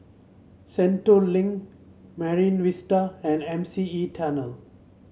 Sentul Link Marine Vista and M C E Tunnel